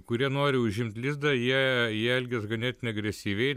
kurie nori užimt lizdą jie jie elgias ganėtinai agresyviai